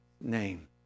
name